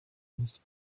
nicht